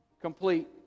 complete